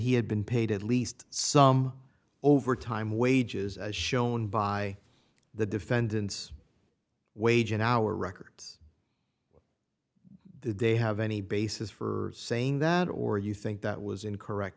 he had been paid at least some overtime wages as shown by the defendant's wage in our records they have any basis for saying that or you think that was incorrect